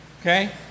Okay